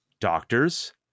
doctors